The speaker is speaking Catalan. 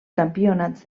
campionats